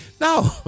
No